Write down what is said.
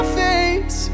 face